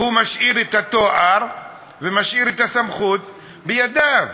הוא משאיר את התואר ומשאיר את הסמכות בידיו.